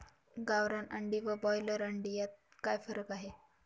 गावरान अंडी व ब्रॉयलर अंडी यात काय फरक आहे?